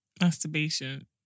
Masturbation